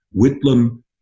Whitlam